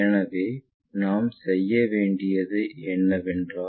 எனவே நாம் செய்ய வேண்டியது என்னவென்றால்